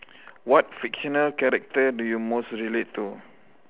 what fictional character do you most relate to